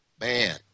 Man